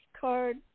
card